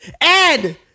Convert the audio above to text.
Ed